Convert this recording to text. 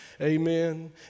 Amen